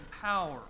power